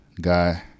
guy